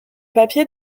papier